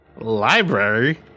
Library